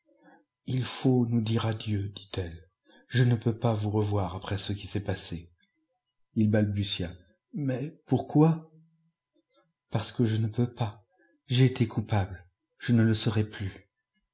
ii faut nous dire adieu dit-elle je ne peux pas vous revoir après ce qui s'est passé ii balbutia mais pourquoi parce que je ne peux pas j'ai été coupable je ne le serai plus